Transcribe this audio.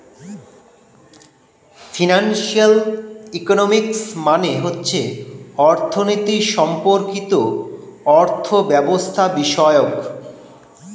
financial economics মানে হচ্ছে অর্থনীতি সম্পর্কিত অর্থব্যবস্থাবিষয়ক